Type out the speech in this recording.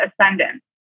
ascendant